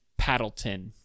Paddleton